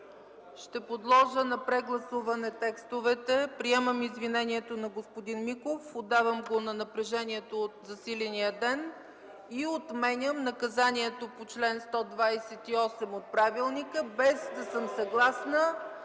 Ще подложа на прегласуване текстовете. Приемам извинението на господин Миков. Отдавам го на напрежението от засиления ден и отменям наказанието по чл. 128 от правилника, без да съм съгласна,